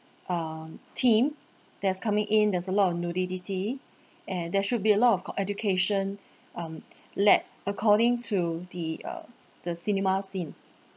um themes that's coming in there's a lot of nudity and there should be a lot of co~ education um like according to the uh the cinema scene